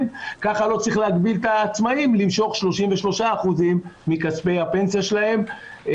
כך לא צריך להגביל את העצמאים למשוך 33% מכספי הפנסיה שלהם.